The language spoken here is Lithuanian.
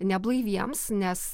neblaiviems nes